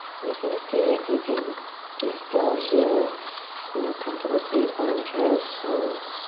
i'm just gonna see if you can be still here in your comfortable seat or in child's pose